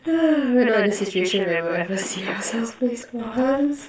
we're not in a situation where we will ever see ourselves play sports